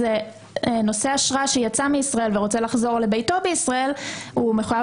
אז נושא אשרה שיצא מישראל ורוצה לחזור לביתו בישראל מחויב